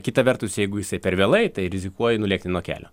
kita vertus jeigu jisai per vėlai tai rizikuoji nulėkti nuo kelio